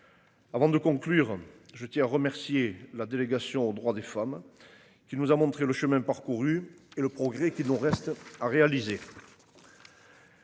Avant de conclure, je tiens à remercier la délégation aux droits des femmes. Qui nous a montré le chemin parcouru et le progrès qu'il nous reste à réaliser.